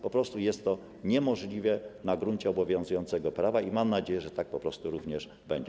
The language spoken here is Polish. Po prostu jest to niemożliwe na gruncie obowiązującego prawa i mam nadzieję, że tak również będzie.